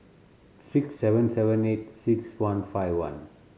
six seven seven eight six one five one